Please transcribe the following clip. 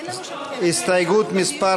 אין לנו שם, הסתייגות מס'